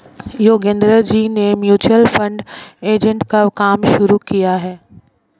योगेंद्र जी ने mutual fund agent का काम शुरू किया है